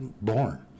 born